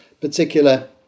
particular